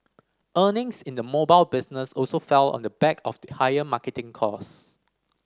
earnings in the mobile business also fell on the back of the higher marketing cost